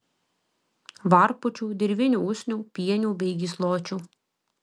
varpučių dirvinių usnių pienių bei gysločių